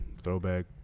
throwback